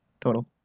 total